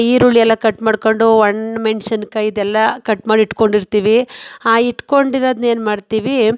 ಈರುಳ್ಳಿ ಎಲ್ಲ ಕಟ್ ಮಾಡಿಕೊಂಡು ಒಣ ಮೆಣಸಿನ್ಕಾಯಿ ಇದೆಲ್ಲ ಕಟ್ ಮಾಡಿ ಇಟ್ಕೊಂಡಿರ್ತೀವಿ ಆ ಇಟ್ಕೊಂಡಿರೋದನ್ನ ಏನು ಮಾಡ್ತೀವಿ